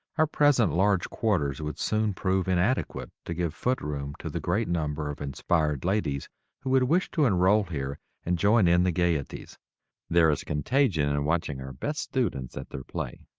our present large quarters would soon prove inadequate to give foot room to the great number of inspired ladies who would wish to enroll here and join in the gayeties. there is contagion in watching our best students at their play.